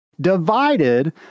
divided